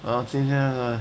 啊今天